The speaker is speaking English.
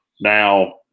Now